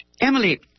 Emily